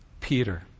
Peter